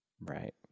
Right